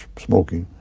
smoking.